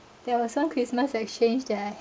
there was some christmas exchange that I